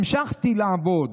המשכתי לעבוד,